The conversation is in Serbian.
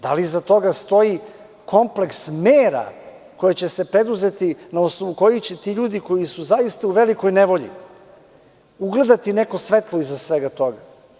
Da li iza toga stoji kompleks mera koje će se preduzeti, na osnovu kojih će ti ljudi koji su zaista u velikoj nevolji, ugledati neko svetlo iza svega toga?